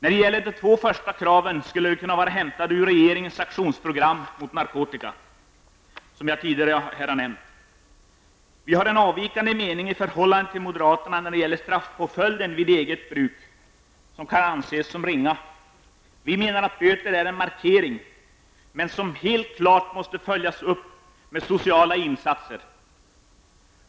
De två första kraven skulle kunna vara hämtade ur regeringens aktionsprogram mot narkotika, som jag tidigare här har nämnt. Vi har en i förhållande till moderaterna avvikande mening när det gäller straffpåföljden vid eget bruk som kan anses som ringa. Vi menar att böter är en markering men att de helt klart måste följas upp med sociala insatser.